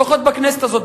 לפחות בכנסת הזאת,